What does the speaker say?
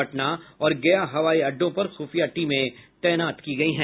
पटना और गया हवाई अड्डों पर खुफिया टीमें तैनात की गई हैं